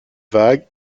vague